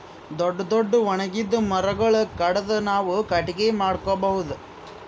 ದೊಡ್ಡ್ ದೊಡ್ಡ್ ಒಣಗಿದ್ ಮರಗೊಳ್ ಕಡದು ನಾವ್ ಕಟ್ಟಗಿ ಮಾಡ್ಕೊಬಹುದ್